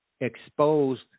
exposed